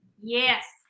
Yes